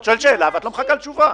את שואלת שאלה ולא מחכה לתשובה.